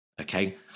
Okay